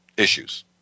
Issues